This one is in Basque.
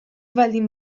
baldin